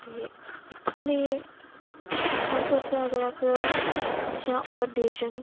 ते इत्थूं दी गल्ल करचै अगर अस जि'यां होर देश न